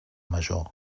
major